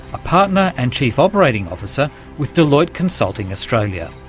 a partner and chief operating officer with deloitte consulting australia.